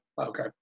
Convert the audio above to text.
okay